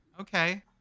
okay